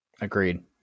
agreed